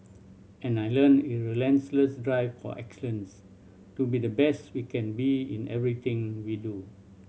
and I learnt a relentless drive for excellence to be the best we can be in everything we do